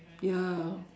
ya